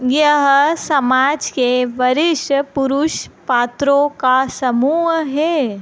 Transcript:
यह समाज के वरिष्ठ पुरुष पात्रों का समूह है